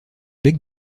bec